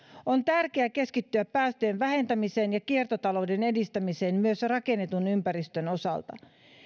on tärkeää keskittyä päästöjen vähentämiseen ja kiertotalouden edistämiseen myös rakennetun ympäristön osalta